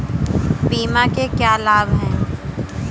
बीमा के क्या लाभ हैं?